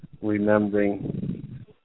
remembering